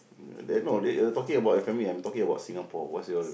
uh the no they talking about your family I'm talking about Singapore was your